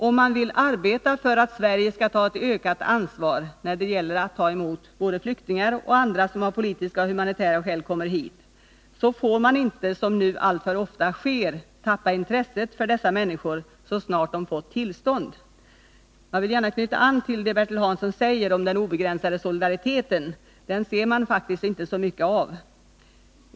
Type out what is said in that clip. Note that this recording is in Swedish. Om man vill arbeta för att Sverige skall ta ett ökat ansvar när det gäller att ta emot både flyktingar och andra som av politiska och humanitära skäl kommer hit får man inte, som nu alltför ofta sker, tappa intresset för dessa människor så snart de fått tillstånd. Jag vill gärna knyta an till det som Bertil Hansson sade om den obegränsade solidariteten. Den ser man faktiskt inte så mycket av.